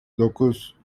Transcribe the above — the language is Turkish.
dokuz